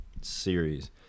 series